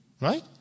right